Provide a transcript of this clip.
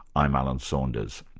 i'm alan saunders.